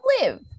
live